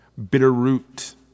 Bitterroot